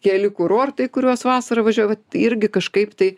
keli kurortai kuriuos vasarą važiuoja va irgi kažkaip tai